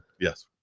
yes